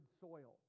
soil